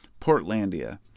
Portlandia